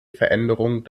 veränderung